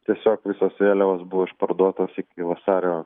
tiesiog visos vėliavos buvo išparduotos iki vasario